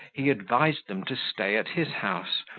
he advised them to stay at his house,